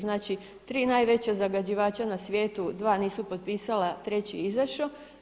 Znači tri najveća zagađivača na svijetu, dva nisu potpisala, treći je izašao.